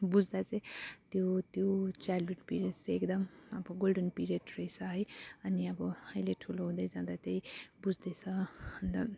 बुझ्दा चाहिँ त्यो त्यो चाइल्डवुड पिरियड्स चाहिँ एकदम अब गोल्डन पिरियड रहेछ है अनि अब अहिले ठुलो हुँदै जाँदा चाहिँ बुझ्दैछ अन्त